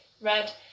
red